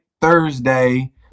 Thursday